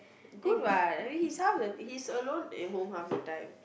good what his house he's alone at home half the time